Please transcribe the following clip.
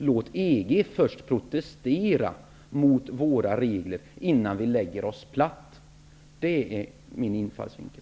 Låt EG först protestera mot våra regler, innan vi lägger oss platt. Det är min infallsvinkel.